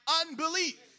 unbelief